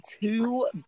two